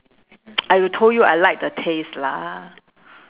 !aiyo! told you I like the taste lah